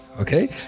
Okay